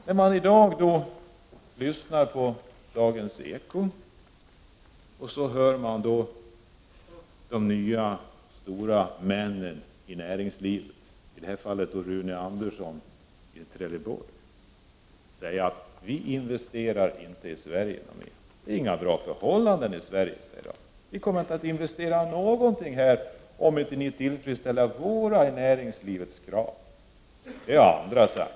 När vi i dag lyssnar på Dagens Eko, hör vi de nya stora männen i näringslivet — i det här fallet Rune Andersson i Trelleborg — säga att ”vi investerar inte mer i Sverige. Det är inga bra förhållanden i Sverige. Vi kommer inte att investera någonting här, om ni inte tillfredsställer de krav som vi i näringslivet har.” Det har också andra sagt.